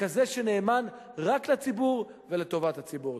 וכזה שנאמן רק לציבור ולטובת הציבור.